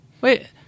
Wait